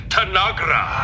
Tanagra